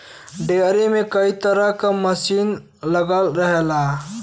dairy में कई तरे क मसीन लगल रहला